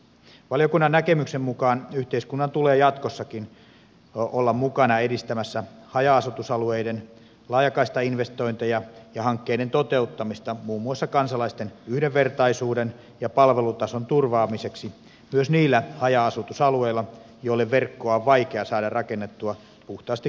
valiokunnan näkemyksen mukaan yhteiskunnan tulee jatkossakin olla mukana edistämässä haja asutusalueiden laajakaistainvestointeja ja hankkeiden toteuttamista muun muassa kansalaisten yhdenvertaisuuden ja palvelutason turvaamiseksi myös niillä haja asutusalueilla joille verkkoa on vaikea saada rakennettua puhtaasti kaupallisin perustein